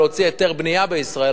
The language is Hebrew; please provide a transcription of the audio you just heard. להוציא היתר בנייה בישראל,